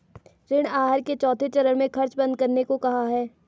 ऋण आहार के चौथे चरण में खर्च बंद करने को कहा है